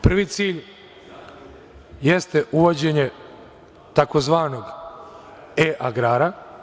Prvi cilj jeste uvođenje tzv. E agrara.